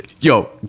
Yo